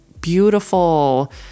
beautiful